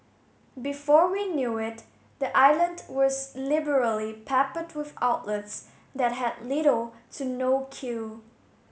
before we knew it the island was liberally peppered with outlets that had little to no queue